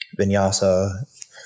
vinyasa